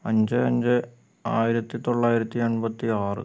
അഞ്ച് അഞ്ച് ആയിരത്തി തൊള്ളായിരത്തി എൺപത്തി ആറ്